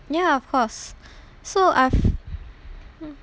ya of course so I've